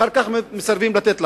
אחר כך מסרבים לתת לך.